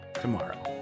tomorrow